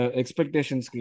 expectations